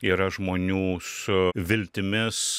yra žmonių su viltimis